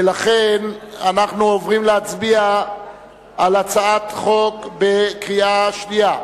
ולכן אנחנו עוברים להצבעה על הצעת החוק בקריאה שנייה.